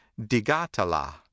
Digatala